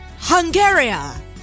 Hungary